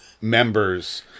members